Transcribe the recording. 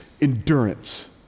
endurance